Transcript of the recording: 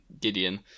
Gideon